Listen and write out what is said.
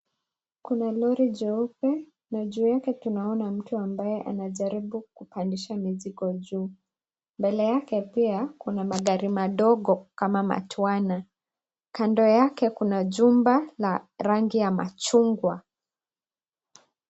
Kuna lori jeupe na juu yake tunaona mtu ambaye anajaribu kupandisha mizigo juu. Mbele yake pia kuna magari madogo kama matwana. Kando yake kuna jumba la rangi ya machungwa.